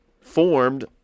formed